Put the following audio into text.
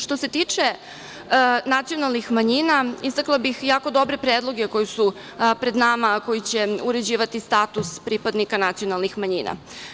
Što se tiče nacionalnih manjina, istakla bih jako dobre predloge koji su pred nama, a koji će uređivati status pripadnika nacionalnih manjina.